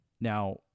Now